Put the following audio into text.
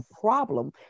problem